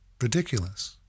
ridiculous